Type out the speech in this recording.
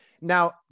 Now